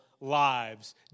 lives